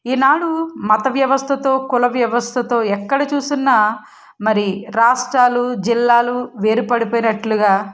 ఈనాడు మత వ్యవస్థతో కుల వ్యవస్థతో ఎక్కడ చూసినా మరి రాష్ట్రాలు జిల్లాలు వేరుపడిపోయినట్టుగా